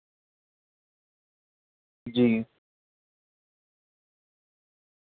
جی